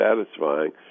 satisfying